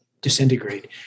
disintegrate